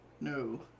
No